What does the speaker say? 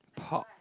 pop